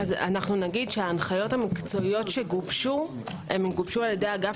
נגיד שההנחיות המקצועיות שגובשו גובשו על ידי אגף